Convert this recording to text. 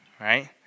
right